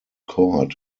court